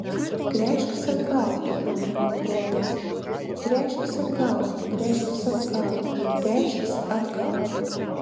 gręžkis atgal šaukė man protas gręžkis atgal gręžkis atgal gręžkis atgal